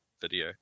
video